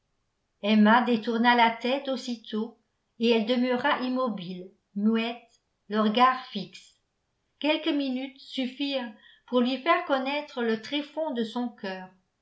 emma détourna la tête aussitôt et elle demeura immobile muette le regard fixe quelques minutes suffirent pour lui faire connaître le tréfonds de son cœur